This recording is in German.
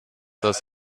das